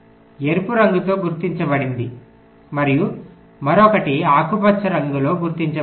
ఎరుపు రంగుతో గుర్తించబడింది మరియు మరొకటి ఆకుపచ్చ రంగుతో గుర్తించబడింది